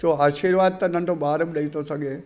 छो आशीर्वाद त नंढो ॿार बि ॾेई थो सघे